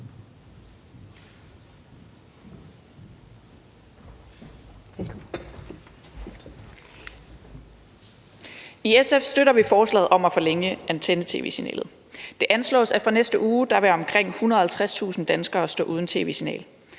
I SF støtter vi forslaget om at forlænge antenne-tv-signalet. Det anslås, at fra næste uge vil omkring 150.000 danskere stå uden tv-signal.